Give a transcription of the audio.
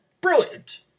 Brilliant